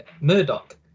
Murdoch